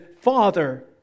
father